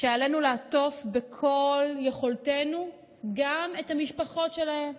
ועלינו לעטוף ככל יכולתנו גם את המשפחות שלהם,